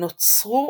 נוצרו